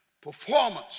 performance